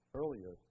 earlier